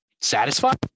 satisfied